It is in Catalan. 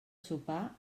sopar